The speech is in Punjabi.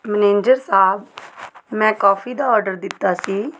ਮੈਨੇਂਜਰ ਸਾਹਿਬ ਮੈਂ ਕੋਫ਼ੀ ਦਾ ਔਡਰ ਦਿੱਤਾ ਸੀ